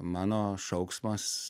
mano šauksmas